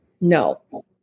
No